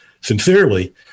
sincerely